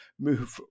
move